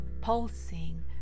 pulsing